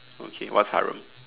okay what's harem